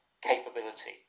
capability